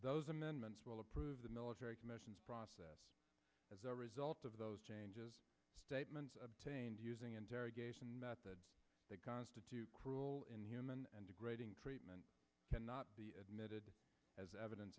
those amendments will approve the military commissions process as a result of those changes obtained using interrogation methods that constitute cruel inhuman and degrading treatment cannot be admitted as evidence